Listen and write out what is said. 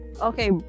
okay